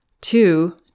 two